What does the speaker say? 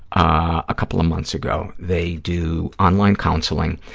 a couple of months ago. they do online counseling,